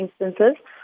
instances